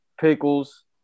pickles